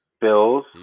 Bills